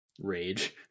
Rage